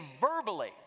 verbally